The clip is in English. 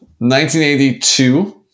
1982